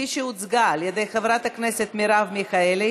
שהוצגה על ידי חברת הכנסת מרב מיכאלי.